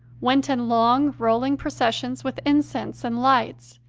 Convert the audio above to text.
went in long, rolling processions with incense and lights,